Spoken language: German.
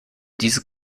diese